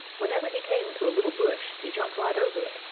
whenever he came to a little bush he jumped right over it,